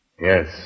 Yes